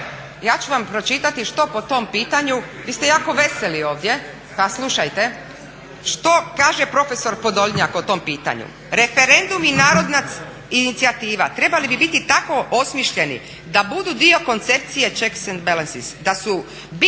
Ja ću vam pročitati što po tom pitanju, vi ste jako veseli ovdje, pa slušajte što kaže profesor Podolnjak o tom pitanju. Referendum i narodna inicijativa trebali bi biti tako osmišljeni da budu dio koncepcije …, da su bitna